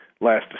last